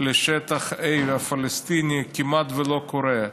לשטח A הפלסטיני, כמעט לא קורה.